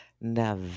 Now